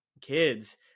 kids